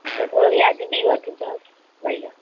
त थोरो व्याजबी वठिजो भैया